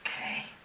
Okay